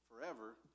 forever